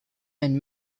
and